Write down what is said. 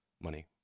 money